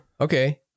Okay